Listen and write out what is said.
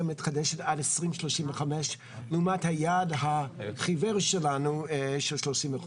מתחדשת עד 2025 לעומת היעד החיוור שלנו של 30%,